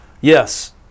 yes